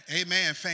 Amen